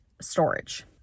storage